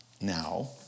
now